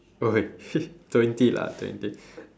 oh wait twenty lah twenty